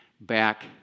back